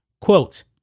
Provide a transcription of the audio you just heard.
Quote